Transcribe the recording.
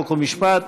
חוק ומשפט.